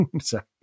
Sorry